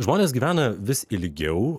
žmonės gyvena vis ilgiau